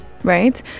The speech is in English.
Right